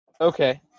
okay